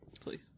please